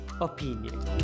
opinion